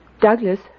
Douglas